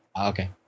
Okay